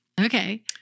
Okay